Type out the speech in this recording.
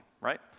right